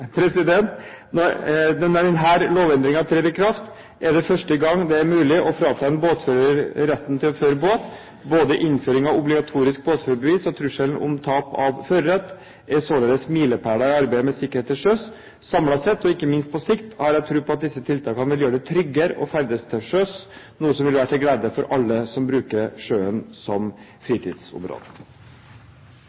første gang det er mulig å frata en båtfører retten til å føre båt. Både innføringen av obligatorisk båtførerbevis og trusselen om tap av førerett er således milepæler i arbeidet med sikkerhet til sjøs. Samlet sett – og ikke minst på sikt – har jeg tro på at disse tiltakene vil gjøre det tryggere å ferdes til sjøs, noe som vil være til glede for alle som bruker sjøen som